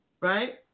Right